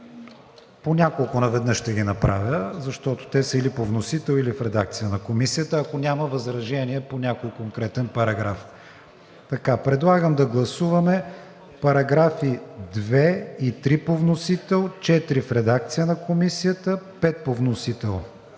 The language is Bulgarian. по няколко наведнъж, защото те са или по вносител или в редакция на Комисията, ако няма възражения по някой конкретен параграф. Подлагам на гласуваме параграфи 2 и 3 по вносител, § 4 в редакция на Комисията, § 5 по вносител.